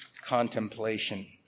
contemplation